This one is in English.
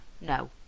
no